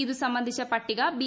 ഇത് സംബന്ധിച്ച പട്ടിക ബി